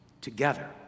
together